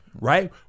right